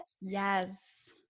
Yes